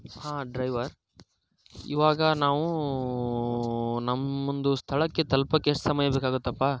ಹಾಂ ಡ್ರೈವರ್ ಇವಾಗ ನಾವು ನಮ್ಮ ಒಂದು ಸ್ಥಳಕ್ಕೆ ತಲ್ಪಕ್ಕೆ ಎಷ್ಟ್ ಸಮಯ ಬೇಕಾಗುತ್ತಪ್ಪಾ